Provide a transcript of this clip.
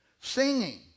Singing